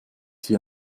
dir